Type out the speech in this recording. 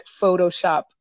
Photoshop